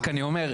רק אני אומר,